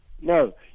No